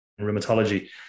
rheumatology